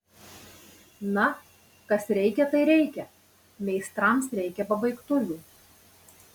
na kas reikia tai reikia meistrams reikia pabaigtuvių